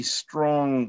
strong